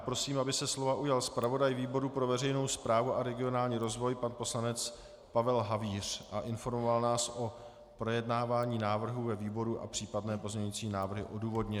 Prosím, aby se slova ujal zpravodaj výboru pro veřejnou správu a regionální rozvoj pan poslanec Pavel Havíř, informoval nás o projednávání návrhu ve výboru a případné pozměňující návrhy odůvodnil.